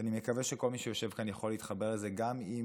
ואני מקווה שכל מי שיושב כאן יכול להתחבר לזה גם אם